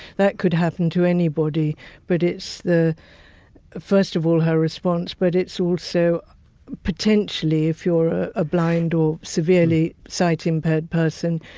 that could happen to anybody but it's first of all her response but it's also potentially, if you're a ah blind or severely sight impaired person,